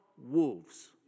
wolves